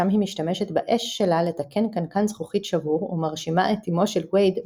שם היא משתמשת באש שלה לתקן קנקן זכוכית שבור ומרשימה את אמו של וייד,